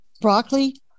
broccoli